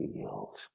field